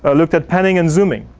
ah looked at panning and zooming.